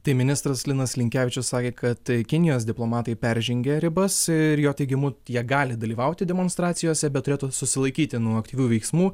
tai ministras linas linkevičius sakė kad kinijos diplomatai peržengė ribas ir jo teigimu tie gali dalyvauti demonstracijose bet turėtų susilaikyti nuo aktyvių veiksmų